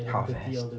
half ass